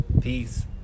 Peace